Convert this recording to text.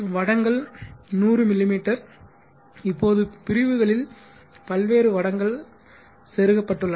வடங்கள் 100 மிமீ இப்போது பிரிவுகளில் பல்வேறு வடங்கள் செருகப்பட்டுள்ளன